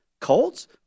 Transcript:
Colts